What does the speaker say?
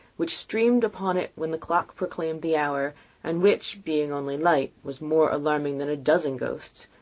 which streamed upon it when the clock proclaimed the hour and which, being only light, was more alarming than a dozen ghosts,